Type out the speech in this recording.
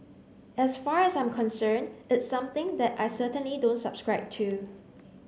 as far as I'm concern it's something that I certainly don't subscribe to